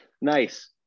Nice